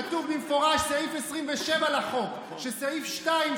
כתוב במפורש בסעיף 27 לחוק שסעיף 2,